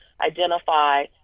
identify